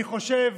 אני חושב,